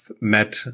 met